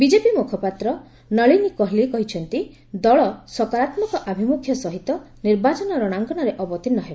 BJP ମୁଖପାତ୍ର ନଳିନୀ କୋହଲି କହିଛନ୍ତି ଦଳ ସକାରାତ୍ମକ ଆଭିମୁଖ୍ୟ ସହିତ ନିର୍ବାଚନ ରଣାଙ୍ଗନରେ ଅବତୀର୍ଷ ହେବ